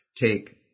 Take